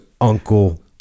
Uncle